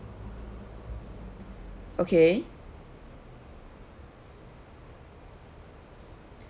okay